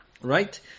Right